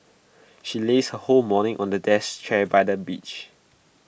she lazed her whole morning on A death chair by the beach